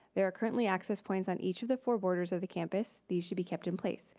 there are currently access points on each of the four borders of the campus. these should be kept in place.